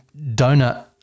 donut